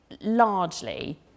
largely